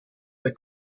der